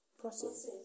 Process